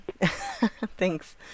Thanks